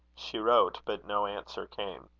she wrote, but no answer came.